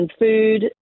food